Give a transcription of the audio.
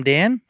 Dan